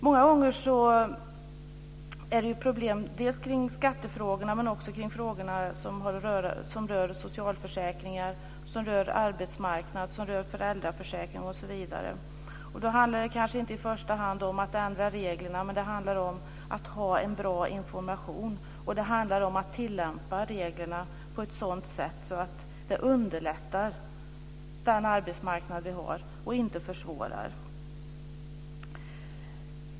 Många gånger är det problem kring skattefrågorna men också kring de frågor som rör socialförsäkringar, arbetsmarknad, föräldraförsäkring osv. Då handlar det kanske inte i första hand om att ändra reglerna utan om att ha bra information. Det handlar också om att tillämpa reglerna på ett sådant sätt att det underlättar i den arbetsmarknad vi har och inte försvårar.